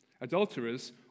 adulterers